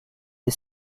des